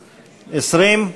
20?